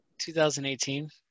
2018